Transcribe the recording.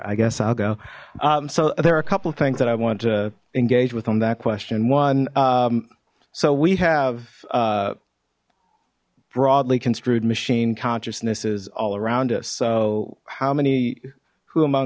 i guess i'll go so there are a couple of things that i want to engage with them that question one so we have broadly construed machine consciousnesses all around us so how many who am